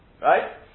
right